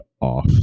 off